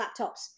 laptops